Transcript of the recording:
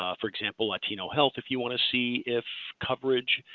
ah for example latinohealth if you want to see if coverage,